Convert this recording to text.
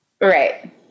Right